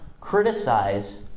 criticize